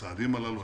בצעדים הללו.